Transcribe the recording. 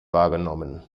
wahrgenommen